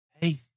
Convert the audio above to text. hey